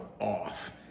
off